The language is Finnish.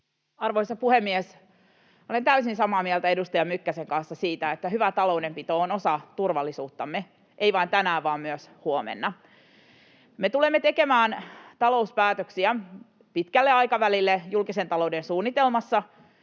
Arvoisa puhemies! Olen täysin samaa mieltä edustaja Mykkäsen kanssa siitä, että hyvä taloudenpito on osa turvallisuuttamme, ei vain tänään vaan myös huomenna. Me tulemme tekemään talouspäätöksiä pitkälle aikavälille julkisen talouden suunnitelmassa,